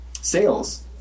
sales